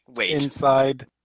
inside